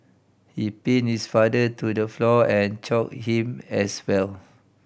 he pinned his father to the floor and choked him as well